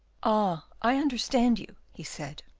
ah, i understand you, he said.